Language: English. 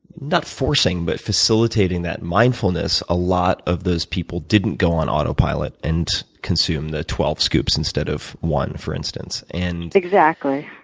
not forcing, but facilitating that mindfulness, a lot of those people didn't go on autopilot and consume the twelve scoops instead of one, for instance. and exactly.